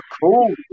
cool